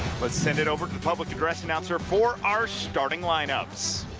let's send it over to public address announcer for our starting lineups.